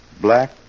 black